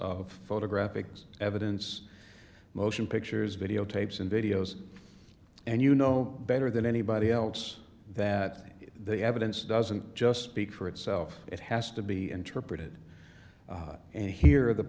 of photographic evidence motion pictures video tapes and videos and you know better than anybody else that the evidence doesn't just speak for itself it has to be interpreted and here the